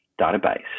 database